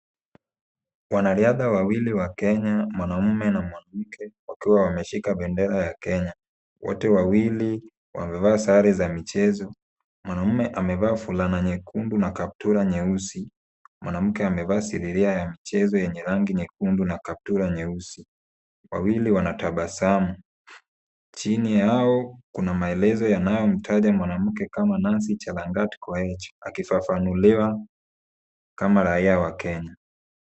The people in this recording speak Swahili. Wanariadha wawili wa Kenya mwanamume na mwanamke wakiwa wameshika bendera ya Kenya, wote wawili wamevaa sare za michezo, mwanamume amevaa fulana nyekundu na kaptura nyeusi, mwanamke amevaa sidiria ya michezo yenye rangi nyekundu na kaptura nyeusi. Wawili wanatabasamu. Chini yao kuna maelezo yanayomtaja mwanamke kama Nancy Chalangat Koech, akifafanuliwa kama raia wa Kenya.